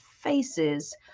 faces